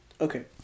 Okay